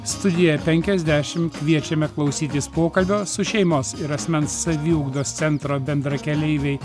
studijoje penkiasdešimt kviečiame klausytis pokalbio su šeimos ir asmens saviugdos centro bendrakeleiviai